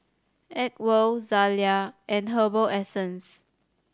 Acwell Zalia and Herbal Essences